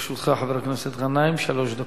לרשותך, חבר הכנסת גנאים, שלוש דקות.